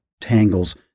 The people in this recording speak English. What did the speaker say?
tangles